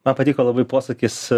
man patiko labai posakis